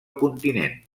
continent